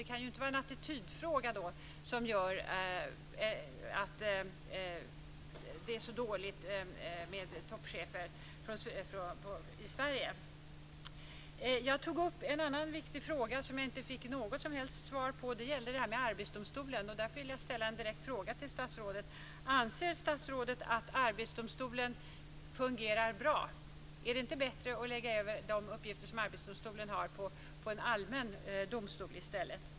Det kan därför inte vara attityderna som gör att det är så dåligt med kvinnliga toppchefer i Sverige. Jag tog också upp en annan viktig fråga, som jag inte fick något som helst svar på. Den gällde Arbetsdomstolen. Jag vill till statsrådet ställa en direkt fråga: Anser statsrådet att Arbetsdomstolen fungerar bra? Vore det inte bättre att lägga över dess uppgifter på en allmän domstol?